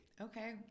Okay